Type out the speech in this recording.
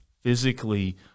physically